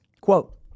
Quote